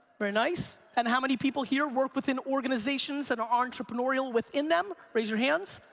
very nice. and how many people here work within organizations that are entrepreneurial within them? raise your hands.